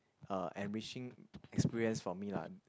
uh enriching experience for me lah